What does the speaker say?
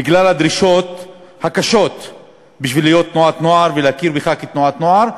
בגלל הדרישות הקשות בשביל להיות תנועת נוער ולהכיר בך כתנועת נוער,